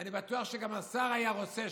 אני בטוח שגם השר היה רוצה,